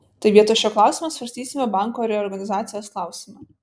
tai vietoj šio klausimo svarstysime banko reorganizacijos klausimą